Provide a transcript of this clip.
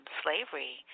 slavery